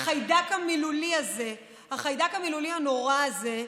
החיידק המילולי הזה, החיידק המילולי הנורא הזה,